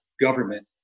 government